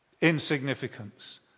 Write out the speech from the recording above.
insignificance